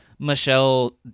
Michelle